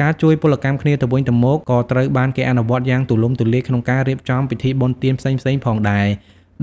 ការជួយពលកម្មគ្នាទៅវិញទៅមកក៏ត្រូវបានគេអនុវត្តយ៉ាងទូលំទូលាយក្នុងការរៀបចំពិធីបុណ្យទានផ្សេងៗផងដែរ